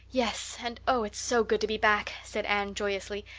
yes, and oh, it's so good to be back, said anne joyously.